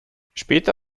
später